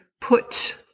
put